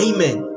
Amen